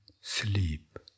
sleep